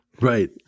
Right